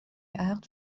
عقد